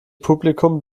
publikum